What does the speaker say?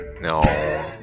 No